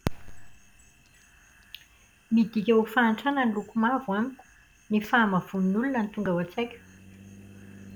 Midika ho fahatrana ny loko mavo amiko. Ny fahamavoan'ny olona no tonga ao an-tsaiko.